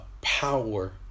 power